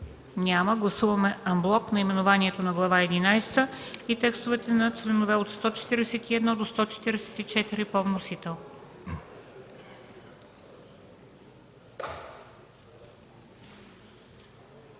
Няма. Гласуваме анблок наименованието на Глава единадесета и текстовете на членове от 141 до 144 по вносител.